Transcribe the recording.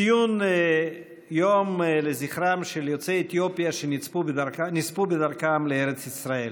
ציון יום לזכרם של יוצאי אתיופיה שנספו בדרכם לארץ ישראל.